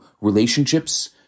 relationships